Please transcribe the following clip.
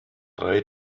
drei